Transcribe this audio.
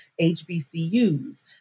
HBCUs